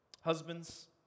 Husbands